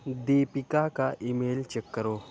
دیپیکا کا email check کرو